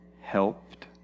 helped